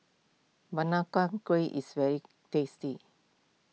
Kueh is very tasty